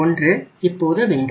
331 இப்போது வேண்டும்